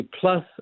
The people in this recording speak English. plus